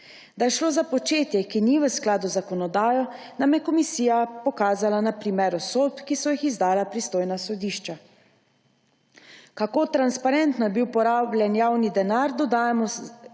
je šlo za početje, ki ni v skladu z zakonodajo, nam je komisija pokazala na primeru sodb, ki so jih izdajala pristojna sodišča. Kako transparentno je bil porabljen javni denar, dodajamo samo